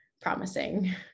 promising